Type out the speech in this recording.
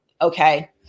Okay